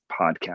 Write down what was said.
podcast